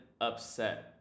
Upset